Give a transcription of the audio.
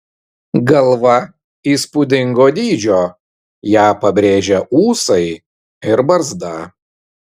galva įspūdingo dydžio ją pabrėžia ūsai ir barzda